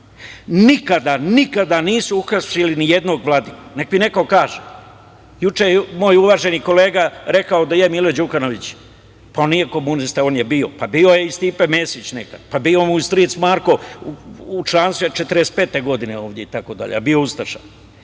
nikada, nikada nisu uhapsili ni jednog vladiku, nek mi neko kaže. Juče je moj uvaženi kolega rekao da je Milo Đukanović – pa, on nije komunista, on je bio. Pa, bio je i Stipe Mesić nekad, pa mu je i stric Marko učlanio se 1945. godine, itd, a bio ustaša.